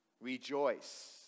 Rejoice